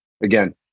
again